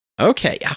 Okay